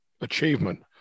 achievement